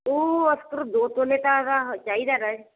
ਉਹ ਅਕਸਰ ਦੋ ਤੋਲੇ ਤਾਂ ਚਾਹੀਦਾ ਨਾ